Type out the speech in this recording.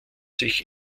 sich